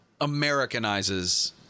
Americanizes